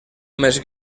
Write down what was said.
més